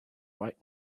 right